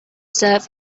serve